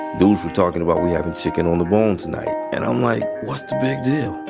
dudes were talkin' bout we havin chicken on the bone tonight and i'm like, what's the big deal?